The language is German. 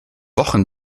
wochen